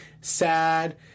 sad